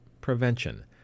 prevention